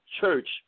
church